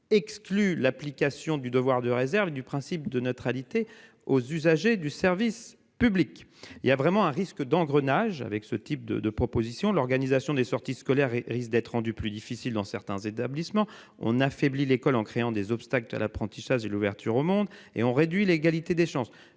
exclut l'application du devoir de réserve et du principe de neutralité aux usagers. Ce type de propositions peut avoir un effet d'engrenage : l'organisation des sorties scolaires risque d'être rendue plus difficile dans certains établissements. On affaiblit ainsi l'école en créant des obstacles à l'apprentissage et à l'ouverture au monde. On réduit l'égalité des chances.